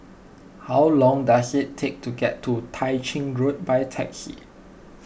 how long does it take to get to Tah Ching Road by taxi